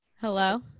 Hello